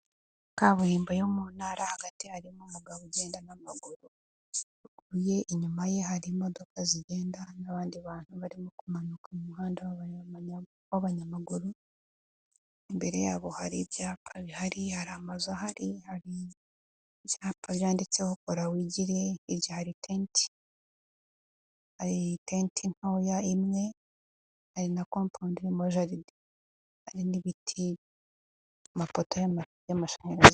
Kaburimbo yo mu ntara hagati harimo umugabo ugenda n'amaguruguye, inyuma ye hari imodoka zigenda n'abandi bantu barimo kumanuka mu umuhanda ba b'abanyamaguru , imbere yabo hari ibyapa bihari, hari amazu, hari ibyapa by'aditseho kora wigire. Hari itente ntoya, hari n'ibiti, mapoto y'amashanyarazi.